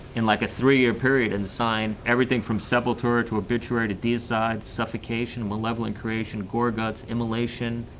in like a three year period, and sign everything from sepultura to obituary to deicide. suffocation, malevolent creation, gorguts, immolation.